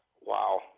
Wow